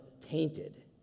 tainted